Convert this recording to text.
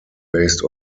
based